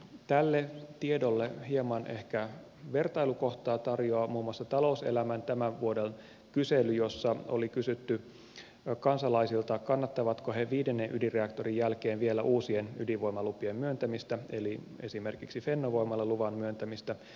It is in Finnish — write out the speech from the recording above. tälle tiedolle hieman ehkä vertailukohtaa tarjoaa muun muassa talouselämän tämän vuoden kysely jossa oli kysytty kansalaisilta kannattavatko he viidennen ydinreaktorin jälkeen vielä uusien ydinvoimalupien myöntämistä eli esimerkiksi fennovoimalle luvan myöntämistä